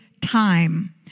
time